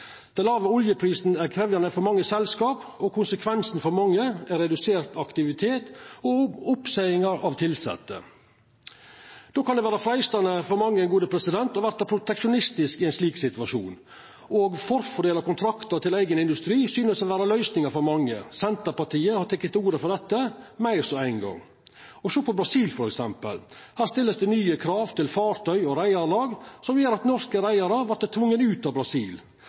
Den låge oljeprisen er krevjande for mange selskap, og konsekvensen for mange er redusert aktivitet og oppseiingar av tilsette. Då kan det vera freistande for mange å verta proteksjonistiske i ein slik situasjon. Å forfordela kontraktar med omsyn til eigen industri synest å vera løysinga for mange. Senterpartiet har teke til orde for dette meir enn ein gong. Sjå på Brasil f.eks. Her vert det stilt nye krav til fartøy og reiarlag som gjer at norske reiarar vert tvungne ut av Brasil.